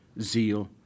zeal